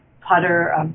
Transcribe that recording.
putter